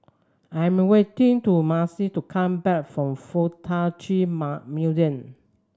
I am waiting to Misti to come back from FuK Tak Chi Museum